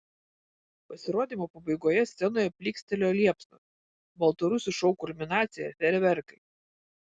pasirodymo pabaigoje scenoje plykstelėjo liepsnos baltarusių šou kulminacija fejerverkai